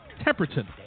Temperton